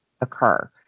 occur